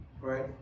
right